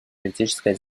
юридической